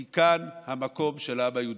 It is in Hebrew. כי כאן המקום של העם היהודי.